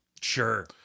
Sure